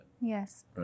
Yes